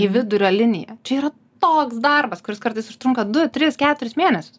į vidurio liniją čia yra toks darbas kuris kartais užtrunka du tris keturis mėnesius